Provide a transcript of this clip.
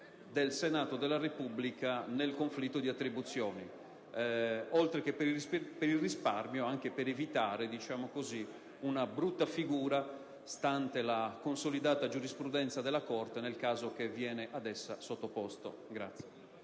del Senato della Repubblica nel conflitto di attribuzione: oltre che per il risparmio, anche per evitare una brutta figura, stante la consolidata giurisprudenza della Corte in merito a fattispecie